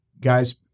guys